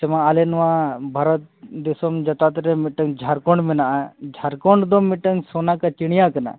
ᱥᱮ ᱵᱟᱝ ᱟᱞᱮ ᱱᱚᱣᱟ ᱵᱷᱟᱨᱚᱛ ᱫᱤᱥᱚᱢ ᱡᱚᱛᱷᱟᱛᱨᱮ ᱢᱤᱫᱴᱟᱝ ᱡᱷᱟᱲᱠᱷᱚᱸᱰ ᱢᱮᱱᱟᱜᱼᱟ ᱡᱷᱟᱲᱠᱷᱚᱸᱰ ᱫᱚ ᱢᱤᱫᱴᱟᱝ ᱥᱳᱱᱟ ᱠᱟ ᱪᱤᱲᱤᱭᱟᱸ ᱠᱟᱱᱟ